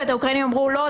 ולאוקראינים אמרו: לא,